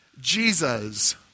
Jesus